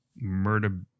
murder